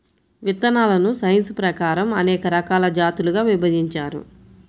విత్తనాలను సైన్స్ ప్రకారం అనేక రకాల జాతులుగా విభజించారు